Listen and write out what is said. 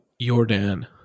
Jordan